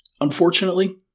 Unfortunately